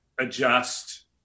adjust